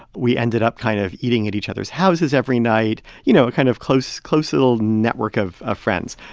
we ended up kind of eating at each other's houses every night you know, a kind of close close little network of ah friends.